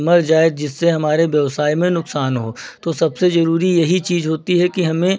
मर जाए जिससे हमारे व्यवसाय में नुकसान हो तो सबसे ज़रूरी यही चीज़ होती है कि हमें